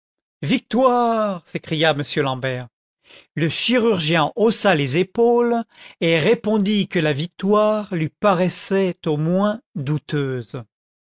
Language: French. victoire s'écria m l'ambert le chirurgien haussa les épaules et répondit que la victoire lui paraissait au moins douteuse